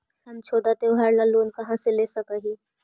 हम छोटा त्योहार ला लोन कहाँ से ले सक ही?